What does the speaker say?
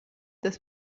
des